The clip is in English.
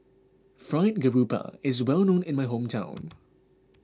Fried Garoupa is well known in my hometown